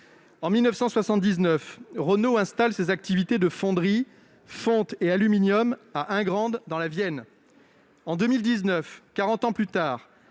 En 1979, Renault installait ses activités de fonderie fonte et aluminium à Ingrandes, dans la Vienne. En 2019, quarante ans plus tard,